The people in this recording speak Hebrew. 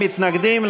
אין מתנגדים.